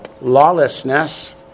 lawlessness